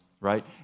right